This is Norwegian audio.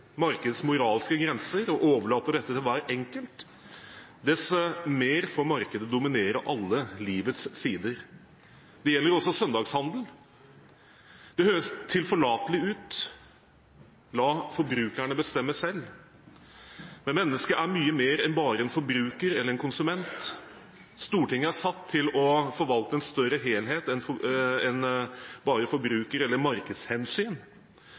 moralske grenser og overlater dette til hver enkelt, dess mer får markedet dominere alle livets sider. Det gjelder også søndagshandel. Det høres tilforlatelig ut: La forbrukerne bestemme selv. Men mennesket er mye mer enn bare en forbruker, eller en konsument. Stortinget er satt til å forvalte en større helhet enn bare forbruker- eller markedshensyn.